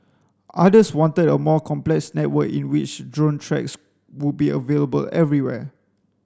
others wanted a more complex network in which drone tracks would be available everywhere